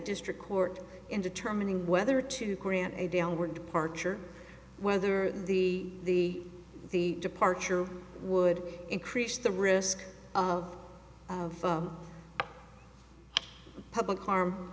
district court in determining whether to grant a downward departure whether the the departure would increase the risk of public harm